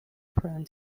prone